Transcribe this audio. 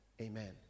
amen